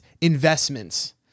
investments